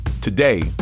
Today